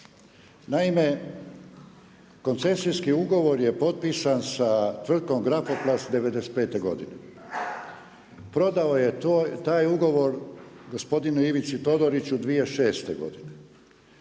Naime, koncesijski ugovor je potpisan sa Tvrtkom Grafoplast '95. godine, prodao je taj ugovor gospodinu Ivici Todoriću 2006. godine,